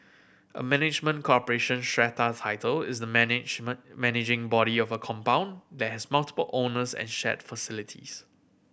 a management corporation strata title is the management managing body of a compound that has multiple owners and shared facilities